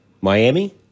Miami